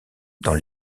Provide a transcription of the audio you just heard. dans